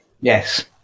Yes